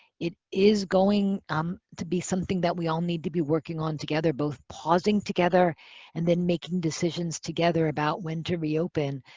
it is going um to be something that we all need to be working on together, both pausing together and then making decisions together about when to reopen.